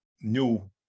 new